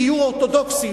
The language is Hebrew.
גיור אורתודוקסי,